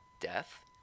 death